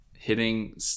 Hitting